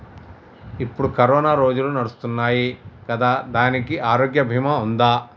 ఇప్పుడు కరోనా రోజులు నడుస్తున్నాయి కదా, దానికి ఆరోగ్య బీమా ఉందా?